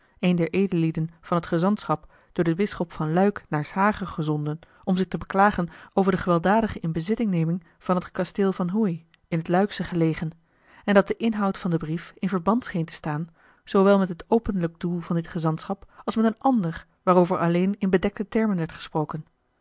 een der edellieden van het gezantschap door den bisschop van luik naar s hage gezonden om zich te beklagen over de gewelddadige inbezitneming van t kasteel van hoey in het luiksche gelegen en dat de inhoud van den brief in verband scheen te staan zoowel met het openlijk doel van dit gezantschap als met een ander waarover alleen in bedekte termen werd gesproken